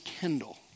Kendall